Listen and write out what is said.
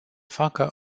facă